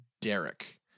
Derek